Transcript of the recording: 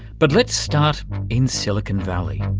but let's start in silicon valley.